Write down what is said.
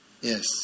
Yes